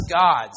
gods